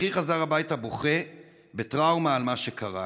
אחי חזר הביתה בוכה ובטראומה על מה שקרה.